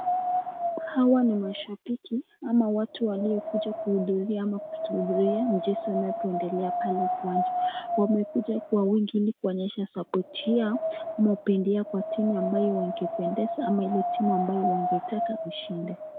Hawa ni mashabiki ama watu waliokuja kuhudhuria ama kutuhufhuria mchezo unapoendelea pale uwanjani. Wamekuja kwa wingi ili kuonyesha support[csi yao ama upende yao kwa timu ambayo wangependeza ama ile timu ambayo wangetaka ushinde.